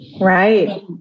Right